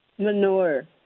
Manure